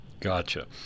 Gotcha